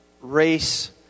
race